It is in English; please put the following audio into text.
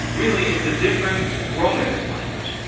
really. it's a different romance language.